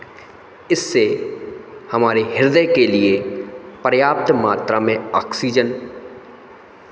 इससे हमारे हृदय के लिए पर्याप्त मात्रा में ऑक्सीजन